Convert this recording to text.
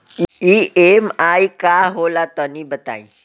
EMI का होला तनि बताई?